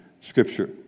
scripture